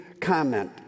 comment